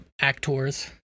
actors